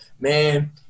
man